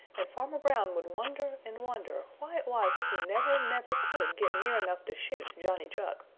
and farmer brown would wonder and wonder why it was that he never, never could get near enough to shoot johnny chuck.